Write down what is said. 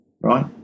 Right